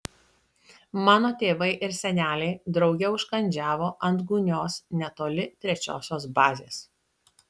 mano tėvai ir seneliai drauge užkandžiavo ant gūnios netoli trečiosios bazės